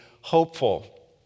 hopeful